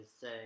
say